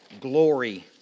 glory